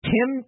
Tim